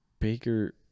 Baker